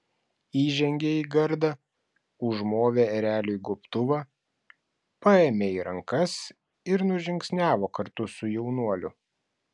įžengė į gardą užmovė ereliui gobtuvą paėmė į rankas ir nužingsniavo kartu su jaunuoliu